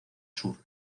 sur